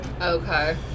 Okay